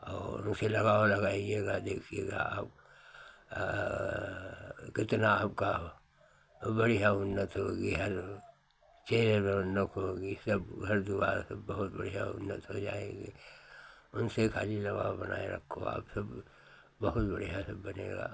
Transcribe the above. और उनसे लगाव लगाइएगा देखिएगा आप कितना आपका बढ़िया उन्नति होगी हर चेहरे पर रौनक होगी सब घर द्वार सब बहुत बढ़िया उन्नत हो जाएँगे उनसे खाली लगाव बनाए रखो आप सब बहुत बढ़िया सब बनेगा